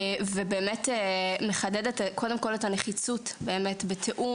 זה באמת מחדד, קודם כול, את הנחיצות בתיאום